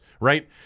right